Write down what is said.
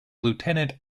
lieutenant